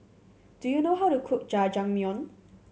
do you know how to cook Jajangmyeon